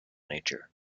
nature